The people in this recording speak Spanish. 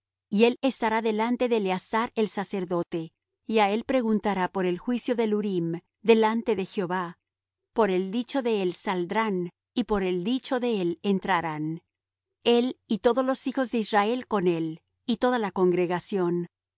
y él estará delante de eleazar el sacerdote y á él preguntará por el juicio del urim delante de jehová por el dicho de él saldrán y por el dicho de él entrarán él y todos los hijos de israel con él y toda la congregación